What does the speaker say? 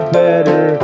better